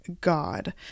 god